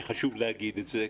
כי חשוב להגיד את זה.